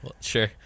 sure